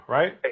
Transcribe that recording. Right